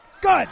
good